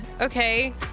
Okay